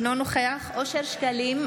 אינו נוכח אושר שקלים,